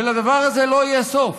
ולדבר הזה לא יהיה סוף.